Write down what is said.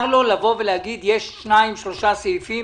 לבוא ולהגיד: יש שניים-שלושה סעיפים